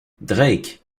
drake